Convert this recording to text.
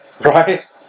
Right